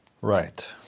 Right